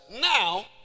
now